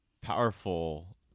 powerful